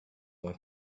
one